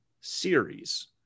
series